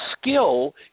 skill